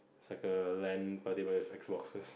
it's like a L_A_N party but with X-boxes